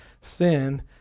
sin